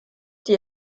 die